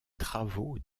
travaux